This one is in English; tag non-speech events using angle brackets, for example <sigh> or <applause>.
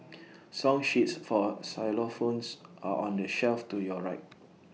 <noise> song sheets for xylophones are on the shelf to your right